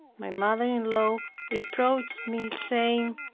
my mother-in-law reproached me, saying,